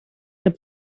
and